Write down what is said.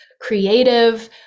creative